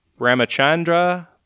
Ramachandra